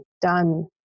done